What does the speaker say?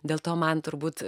dėl to man turbūt